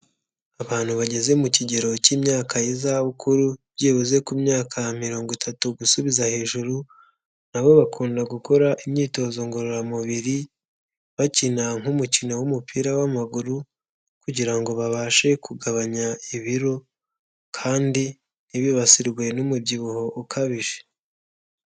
Abantu bageze mu kigero k'imyaka y'izabukuru byibuze ku myaka mirongo itatu gusubiza hejuru, na bo bakunda gukora imyitozo ngororamubiri bakina nk'umukino w'umupira w'amaguru kugira ngo babashe kugabanya ibiro kandi ntibibasirwe n'umubyibuho ukabije.